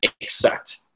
exact